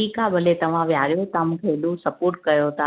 ठीकु आहे भले तव्हां वेहारियो तव्हां मूंखे हेॾो सपोर्ट कयो था